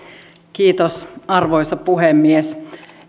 kiitos arvoisa puhemies